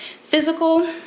physical